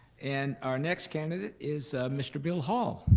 and our next candidate is mr. bill hall,